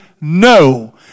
No